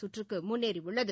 சுற்றுக்கு முன்னேறியுள்ளது